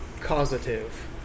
Causative